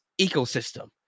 ecosystem